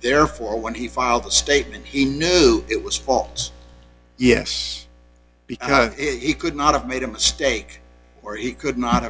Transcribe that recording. therefore when he filed a statement he knew it was false yes because it could not have made a mistake or he could not